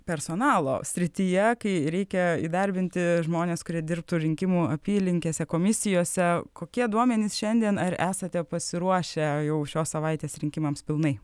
personalo srityje kai reikia įdarbinti žmones kurie dirbtų rinkimų apylinkėse komisijose kokie duomenys šiandien ar esate pasiruošę jau šios savaitės rinkimams pilnai